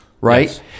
right